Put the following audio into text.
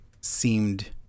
seemed